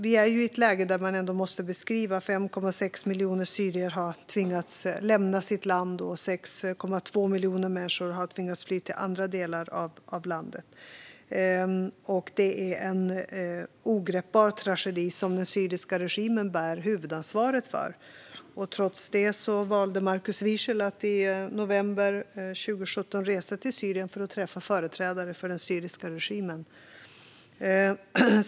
Vi är i ett läge då man ändå måste beskriva att 5,6 miljoner syrier har tvingats att lämna sitt land och att 6,2 miljoner människor har tvingats att fly till andra delar av Syrien. Det är en ogreppbar tragedi, som den syriska regimen bär huvudansvaret för. Trots detta valde Markus Wiechel att i november 2017 resa till Syrien för att träffa företrädare för den syriska regimen.